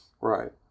Right